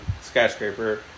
skyscraper